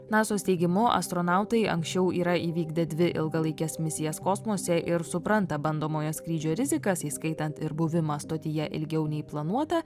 nasos teigimu astronautai anksčiau yra įvykdę dvi ilgalaikes misijas kosmose ir supranta bandomojo skrydžio rizikas įskaitant ir buvimą stotyje ilgiau nei planuota